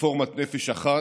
רפורמת "נפש אחת"